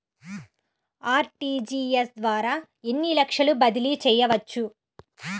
RTGS ద్వారా ఎన్ని లక్షలు బదిలీ చేయవచ్చు?